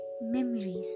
Memories